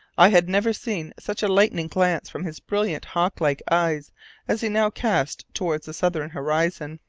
i had never seen such a lightning glance from his brilliant hawk-like eyes as he now cast towards the southern horizon.